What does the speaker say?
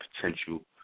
potential